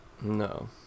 No